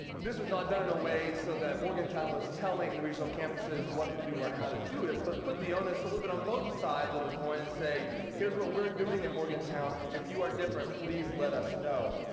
this was not done in a way so that morgantown was telling the regional campuses what to do or how to do it, but put the onus a little bit on both sides of the coin and say here's what we're doing in morgantown. if you are different, please let us know.